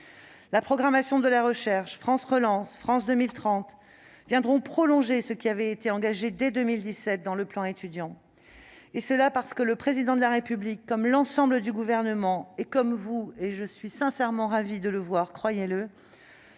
La programmation de la recherche, France Relance et France 2030 viendront prolonger ce qui avait été engagé dès 2017 dans le plan Étudiants. Le Président de la République, comme l'ensemble du Gouvernement et comme vous- j'en suis sincèrement ravie, croyez-le